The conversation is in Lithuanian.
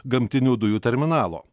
gamtinių dujų terminalo